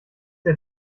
der